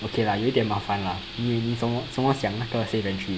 okay lah 有一点麻烦啦你怎么怎么想那个 safe entry